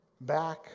back